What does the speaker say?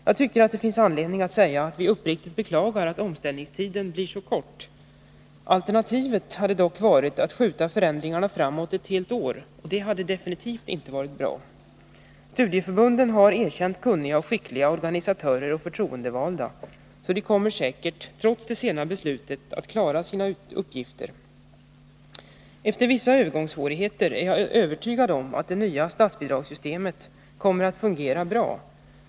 Jag tycker att det finns anledning att säga att vi uppriktigt beklagar att omställningstiden blir så kort. Alternativet hade dock varit att skjuta förändringarna framåt ett helt år, och det hade absolut inte varit bra. Studieförbunden har erkänt kunniga och skickliga organisatörer och förtroendevalda så de kommer säkert, trots det sena beslutet, att klara sina uppgifter. Efter vissa övergångssvårigheter är jag övertygad om att det nya statsbidragssystemet kommer att fungera bra.